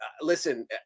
listen